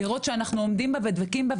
לראות שאנחנו עומדים בה ובדבקים בה,